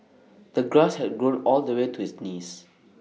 the grass had grown all the way to his knees